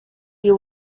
you